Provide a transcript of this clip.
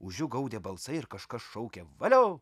už jų gaudė balsai ir kažkas šaukė valio